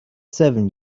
seven